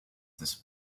this